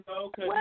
okay